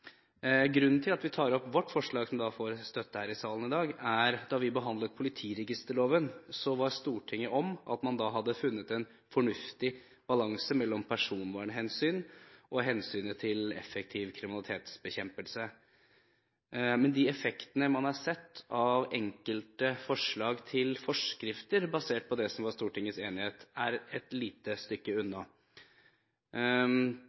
Grunnen til at vi tar opp vårt forslag, som da får støtte her i salen i dag, er at da vi behandlet politiregisterloven, var Stortinget enig om at man da hadde funnet en fornuftig balanse mellom personvernhensyn og hensynet til effektiv kriminalitetsbekjempelse. Men de effektene man har sett av enkelte forslag til forskrifter basert på det som var Stortingets enighet, er et lite stykke